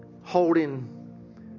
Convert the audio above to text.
Holding